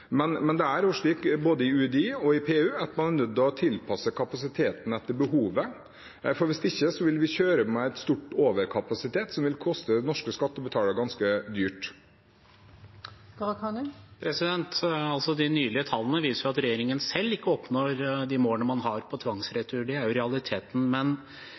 Både i UDI og i PU er man nødt til å tilpasse kapasiteten etter behovet. Hvis ikke vil vi kjøre med en stor overkapasitet som vil koste norske skattebetalere ganske dyrt. De nylige tallene viser at regjeringen ikke oppnår de målene man har for tvangsretur. Det er realiteten.